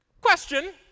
question